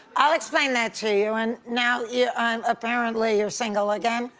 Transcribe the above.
i'll explain that to you and now yeah um apparently you're single again?